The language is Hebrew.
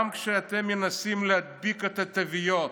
גם כשאתם מנסים להדביק את התוויות: